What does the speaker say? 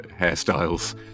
hairstyles